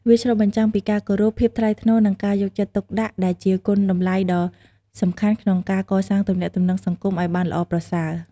វាឆ្លុះបញ្ចាំងពីការគោរព ភាពថ្លៃថ្នូរ និងការយកចិត្តទុកដាក់ ដែលជាគុណតម្លៃដ៏សំខាន់ក្នុងការកសាងទំនាក់ទំនងសង្គមឱ្យបានល្អប្រសើរ។